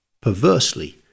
perversely